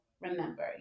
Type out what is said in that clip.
remember